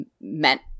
meant